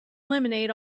lemonade